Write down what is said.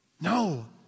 No